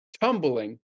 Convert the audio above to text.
Tumbling